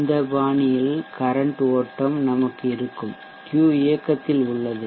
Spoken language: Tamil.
இந்த பாணியில் கரன்ட் ஓட்டம் நமக்கு இருக்கும் Q இயக்கத்தில் உள்ளது